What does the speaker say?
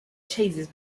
chases